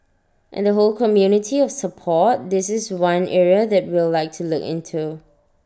and the whole community of support this is one area that we'll like to look into